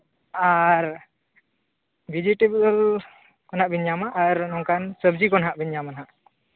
ᱟᱨ vegetable ᱠᱷᱚᱱᱟᱜ ᱵᱮᱱ ᱧᱟᱢᱟ ᱟᱨ ᱱᱚᱝᱠᱟᱱ ᱥᱚᱵᱽᱡᱤ ᱠᱚ ᱦᱟᱜ ᱵᱤᱱ ᱧᱟᱢᱟ ᱦᱟᱸᱜ